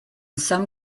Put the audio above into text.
some